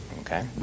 okay